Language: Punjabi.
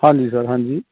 ਹਾਂਜੀ ਸਰ ਹਾਂਜੀ